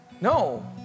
No